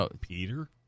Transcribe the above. Peter